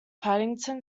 paddington